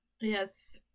yes